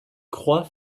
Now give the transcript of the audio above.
croix